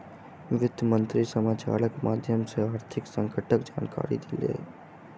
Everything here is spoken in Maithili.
वित्त मंत्री समाचारक माध्यम सॅ आर्थिक संकटक जानकारी देलैन